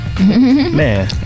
Man